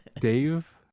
Dave